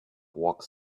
walks